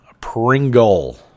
Pringle